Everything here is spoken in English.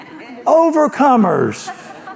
overcomers